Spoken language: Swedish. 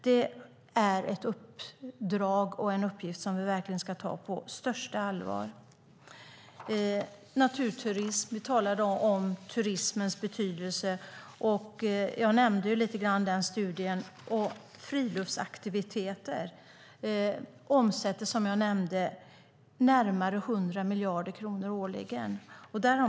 Det är ett uppdrag och en uppgift som vi verkligen ska ta på största allvar. Vi talade om naturturismens betydelse, och jag nämnde en studie. Friluftsaktiviteter omsätter, som jag nämnde, närmare 100 miljarder kronor årligen.